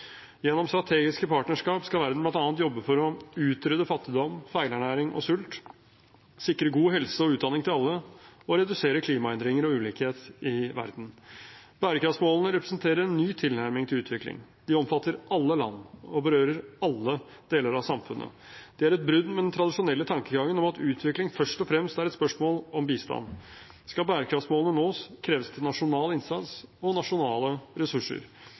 Gjennom strategiske partnerskap skal verden blant annet jobbe for å utrydde fattigdom, feilernæring og sult sikre god helse og utdanning til alle og redusere klimaendringer og ulikhet i verden. Bærekraftsmålene representerer en ny tilnærming til utvikling. De omfatter alle land og berører alle deler av samfunnet. De er et brudd med den tradisjonelle tankegangen om at utvikling først og fremst er et spørsmål om bistand. Skal bærekraftsmålene nås, kreves det nasjonal innsats og nasjonale ressurser.